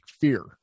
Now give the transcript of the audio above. fear